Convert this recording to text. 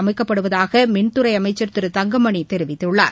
அமைக்கப்படுவதாகமின்துறைஅமைச்சர் Thiru தங்கமணிதெரிவித்துள்ளார்